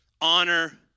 Honor